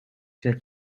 zet